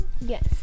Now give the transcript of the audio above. Yes